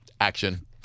action